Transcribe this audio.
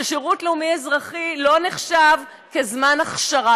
שירות לאומי-אזרחי לא נחשב כזמן אכשרה.